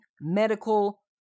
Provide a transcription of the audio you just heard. medical